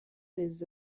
des